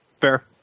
fair